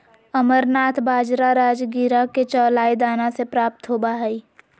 amaranth बाजरा राजगिरा के चौलाई दाना से प्राप्त होबा हइ